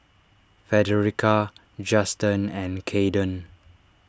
Frederica Juston and Kaeden